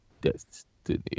destiny